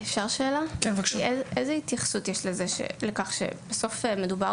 איזה התייחסות יש לכך שבסוף מדובר